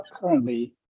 currently